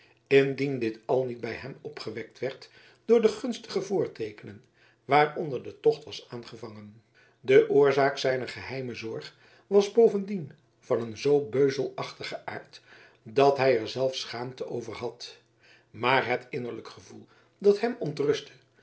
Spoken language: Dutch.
indien dit al niet bij hem opgewekt werd door de gunstige voorteekenen waaronder de tocht was aangevangen de oorzaak zijner geheime zorg was bovendien van een zoo beuzelachtigen aard dat hij er zelf schaamte over had maar het innerlijk gevoel dat hem